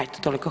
Evo, toliko.